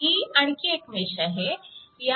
ही आणखी एक मेश आहे